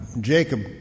Jacob